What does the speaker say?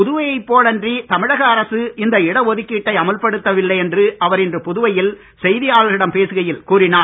புதுவையைப் போல் அன்றி தமிழக அரசு இந்த இடஒதுக்கீட்டை அமல்படுத்த வில்லை என்று அவர் இன்று புதுவையில் செய்தியாளர்களிடம் பேசுகையில் கூறினார்